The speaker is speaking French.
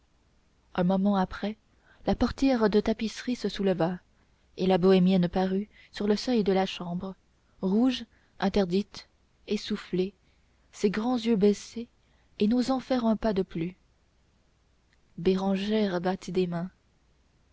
un moment après la portière de tapisserie se souleva et la bohémienne parut sur le seuil de la chambre rouge interdite essoufflée ses grands yeux baissés et n'osant faire un pas de plus bérangère battit des mains